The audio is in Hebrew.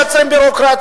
הם מייצרים ביורוקרטיה,